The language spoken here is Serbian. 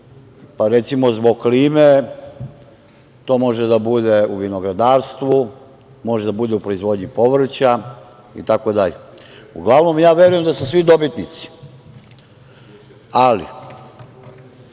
pa, recimo, zbog klime, to može da bude u vinogradarstvu, može da bude u proizvodnji povrća, itd. Uglavnom, ja verujem da su svi dobitnici. Ali,